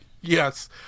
yes